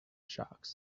sharks